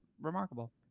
remarkable